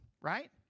right